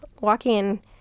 walking